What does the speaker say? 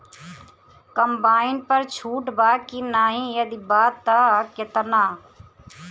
Combine पर छूट बा की नाहीं यदि बा त केतना?